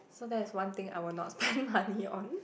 so that is one thing I will not spend money on